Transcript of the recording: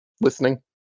Listening